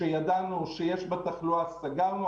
שידענו שיש בה תחלואה סגרנו.